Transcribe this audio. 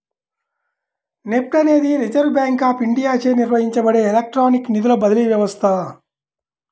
NEFT అనేది reserve bank of ఇండియాచే నిర్వహించబడే ఎలక్ట్రానిక్ నిధుల బదిలీ వ్యవస్థ